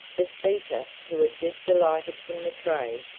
the speaker, who had just alighted from the train,